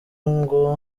nko